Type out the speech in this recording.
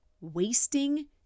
wasting